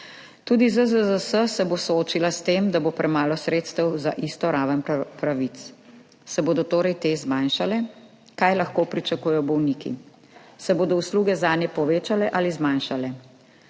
Tudi ZZZS se bo soočila s tem, da bo premalo sredstev za isto raven pravic. Se bodo torej te zmanjšale? Kaj lahko pričakujejo bolniki? Se bodo usluge zanje povečale ali zmanjšale?